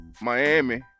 Miami